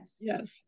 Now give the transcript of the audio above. yes